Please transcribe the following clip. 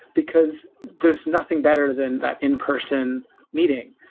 because there's nothing better than that in-person meeting.